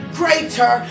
greater